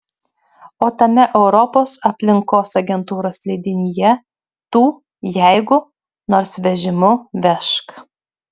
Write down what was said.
o tame europos aplinkos agentūros leidinyje tų jeigu nors vežimu vežk